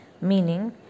Meaning